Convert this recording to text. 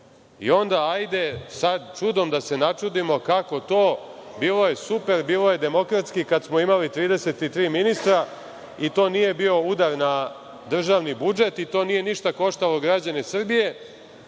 Onda, hajde sad čudom da se načudimo kako to, bilo je super, bilo je demokratski kad smo imali 33 ministra i to nije bio udar na državni budžet, to nije ništa koštalo građane Srbije,